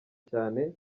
cyane